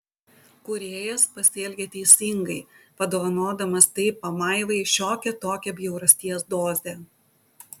kūrėjas pasielgė teisingai padovanodamas tai pamaivai šiokią tokią bjaurasties dozę